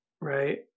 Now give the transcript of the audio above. right